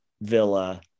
Villa